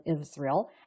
Israel